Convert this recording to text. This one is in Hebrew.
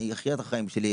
אני אחיה את החיים שלי,